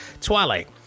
Twilight